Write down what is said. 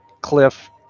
cliff